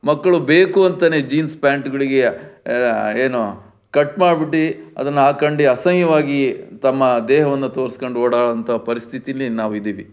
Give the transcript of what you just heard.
ಮಕ್ಕಳು ಬೇಕು ಅಂತಲೇ ಜೀನ್ಸ್ ಪ್ಯಾಂಟ್ಗಳಿಗೆ ಏನು ಕಟ್ ಮಾಡಿಬಿಟ್ಟಿ ಅದನ್ನು ಹಾಕ್ಕೊಂಡು ಅಸಹ್ಯವಾಗಿ ತಮ್ಮ ದೇಹವನ್ನು ತೋರ್ಸ್ಕಂಡು ಓಡಾಡುವಂಥ ಪರಿಸ್ಥಿತಿಯಲ್ಲಿ ನಾವಿದ್ದೀವಿ